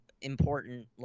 important